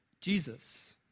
Jesus